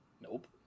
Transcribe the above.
Nope